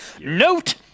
Note